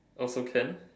also can